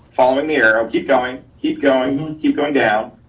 following the arrow, keep going, keep going, keep going down.